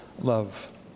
love